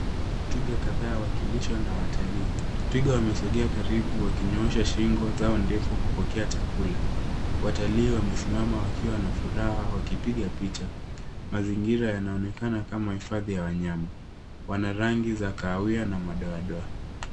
Twiga kadhaa wakilishwa na watalii. Twiga wamesogea karibu wakinyoosha shingo zao ndefu kupokea chakula. Watalii wamesimama wakiwa na furaha wakipiga picha. Mazingira yanaonekana kama hifadhi ya wanyama. Wana rangi za kahawia na madoadoa.